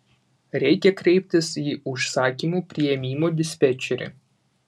reikia kreiptis į užsakymų priėmimo dispečerį